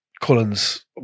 Cullens